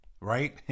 Right